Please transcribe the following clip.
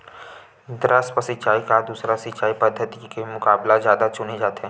द्रप्स सिंचाई ला दूसर सिंचाई पद्धिति के मुकाबला जादा चुने जाथे